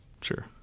Sure